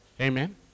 amen